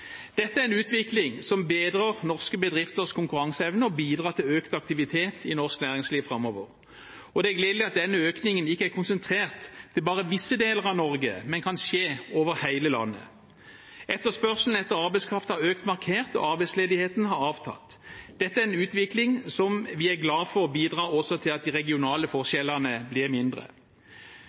Dette er en utvikling som bedrer norske bedrifters konkurranseevne og bidrar til økt aktivitet i norsk næringsliv framover. Det er gledelig at denne økningen ikke er konsentrert til bare visse deler av Norge, men kan skje over hele landet. Etterspørselen etter arbeidskraft har økt markert, og arbeidsledigheten har avtatt. Dette er en utvikling vi er glad for også bidrar til at de regionale forskjellene blir mindre.